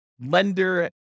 lender